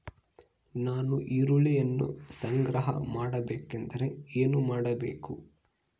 ನಾನು ಈರುಳ್ಳಿಯನ್ನು ಸಂಗ್ರಹ ಮಾಡಬೇಕೆಂದರೆ ಏನು ಮಾಡಬೇಕು?